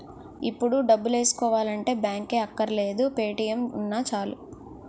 ఇప్పుడు డబ్బులేసుకోవాలంటే బాంకే అక్కర్లేదు పే.టి.ఎం ఉన్నా చాలు